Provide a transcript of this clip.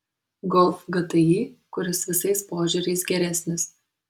golf gti kuris visais požiūriais geresnis